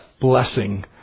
blessing